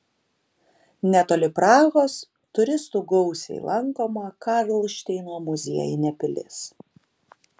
netoli prahos turistų gausiai lankoma karlšteino muziejinė pilis